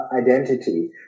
identity